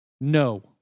No